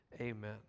amen